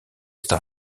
costa